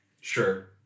Sure